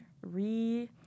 re